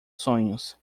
sonhos